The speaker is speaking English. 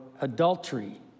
adultery